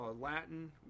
Latin